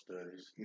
studies